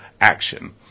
action